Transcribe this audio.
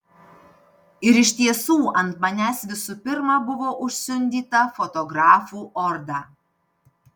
ir iš tiesų ant manęs visų pirma buvo užsiundyta fotografų orda